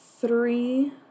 three